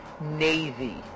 Navy